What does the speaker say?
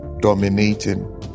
dominating